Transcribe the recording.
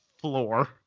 floor